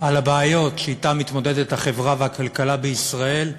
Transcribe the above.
על הבעיות שאתן מתמודדות החברה והכלכלה בישראל,